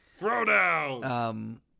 Throwdown